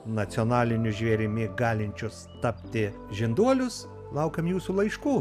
nacionaliniu žvėrimi galinčius tapti žinduolius laukiam jūsų laiškų